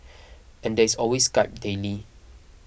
and there is always Skype daily